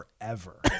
forever